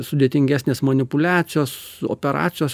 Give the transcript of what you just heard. sudėtingesnės manipuliacijos operacijos